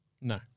No